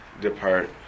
depart